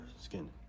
skin